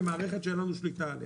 עם מערכת שאין לנו שליטה עליה,